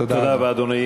תודה רבה.